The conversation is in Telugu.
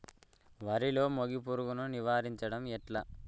వరిలో మోగి పురుగును నివారించడం ఎట్లా?